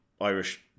Irish